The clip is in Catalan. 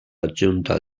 adjunta